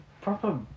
proper